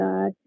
God